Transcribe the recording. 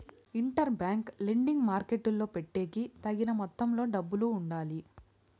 inter bank lending మార్కెట్టులో పెట్టేకి తగిన మొత్తంలో డబ్బులు ఉండాలి